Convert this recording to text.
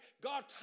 God